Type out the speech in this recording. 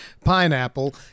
pineapple